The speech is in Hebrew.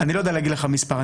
אני לא יודע להגיד לך מספר.